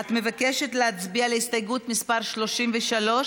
לא, להצביע, את מבקשת להצביע על הסתייגות מס' 33?